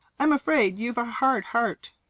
i'm afraid you've a hard heart.